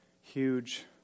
huge